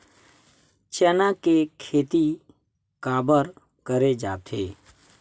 चना के खेती काबर करे जाथे?